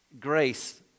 grace